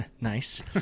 Nice